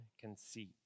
conceit